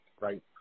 right